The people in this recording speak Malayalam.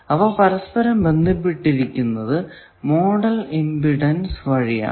അവ പരസ്പരം ബന്ധപ്പെട്ടിരിക്കുന്നത് മോഡൽ ഇമ്പിഡൻസ് വഴിയാണ്